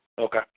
Okay